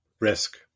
Risk